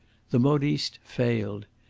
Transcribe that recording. the modiste failed.